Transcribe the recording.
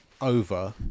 over